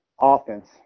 offense